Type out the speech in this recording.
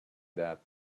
that